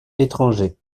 étrangers